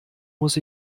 muss